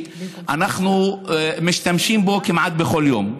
שאנחנו משתמשים בו כמעט בכל יום.